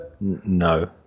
No